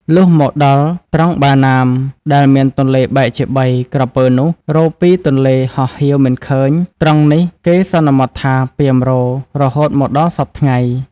លុះមកដល់ត្រង់ បាណាម ដែលមានទន្លេបែកជាបី ក្រពើនោះរក៍ ២ ទន្លេហោះហៀវមិនឃើញ ត្រង់នេះ គេសន្មតហៅថា “ពាមរក៍” រហូតមកដល់សព្វថ្ងៃ ។។